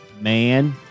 man